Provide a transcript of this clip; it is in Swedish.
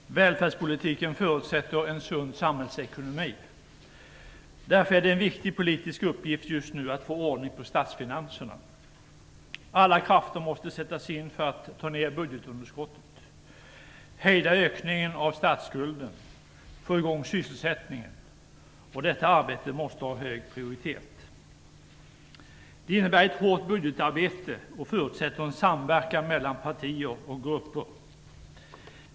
Fru talman! Välfärdspolitiken förutsätter en sund samhällsekonomi. Därför är det en viktig politisk uppgift just nu att få ordning på statsfinanserna. Alla krafter måste sättas in för att få ner budgetunderskottet, hejda ökningen av statsskulden och få i gång sysselsättningen. Detta arbete måste ha en hög prioritet. Det innebär ett hårt budgetarbete och förutsätter en samverkan mellan partier och grupper.